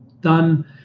done